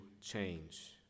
change